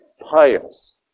pious